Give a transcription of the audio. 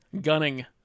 Gunning